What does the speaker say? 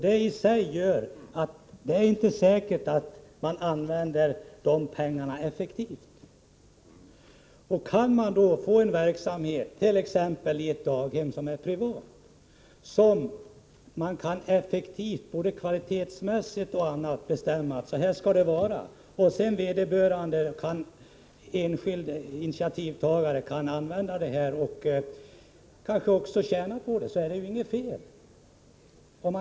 Detta i sig gör att det inte är så säkert att man använder pengarna effektivt. Kan man då få en verksamhet, t.ex. ett privat daghem, som drivs effektivt och har kvalitetsmässigt samma standard som de kommunala daghemmen, och initiativtagaren tjänar litet på det, då är det inget fel.